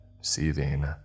seething